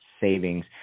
savings